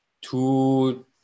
two